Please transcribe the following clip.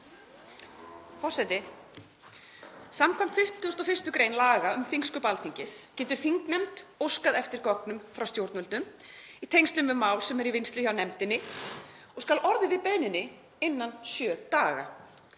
Forseti. Samkvæmt 21. gr. laga um þingsköp Alþingis getur þingnefnd óskað eftir gögnum frá stjórnvöldum í tengslum við mál sem eru í vinnslu hjá nefndinni og skal orðið við beiðninni innan sjö daga.